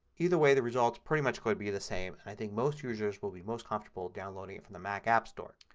either way the results are pretty much going to be the same. i think most users will be most comfortable downloading it from the mac app store.